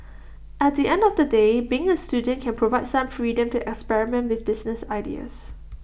at the end of the day being A student can provide some freedom to experiment with business ideas